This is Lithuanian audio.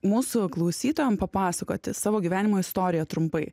mūsų klausytojam papasakoti savo gyvenimo istoriją trumpai